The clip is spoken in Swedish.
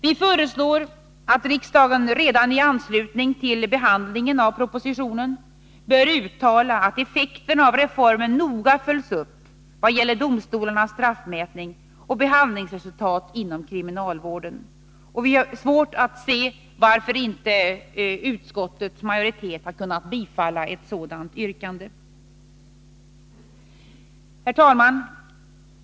Vi föreslår att riksdagen redan i anslutning till behandlingen av propositionen bör uttala att effekten av reformen noga följs upp i vad gäller domstolarnas straffmätning och behandlingsresultat inom kriminalvården. Vi har svårt att se varför inte utskottets majoritet har kunnat biträda ett sådant yrkande. Herr talman!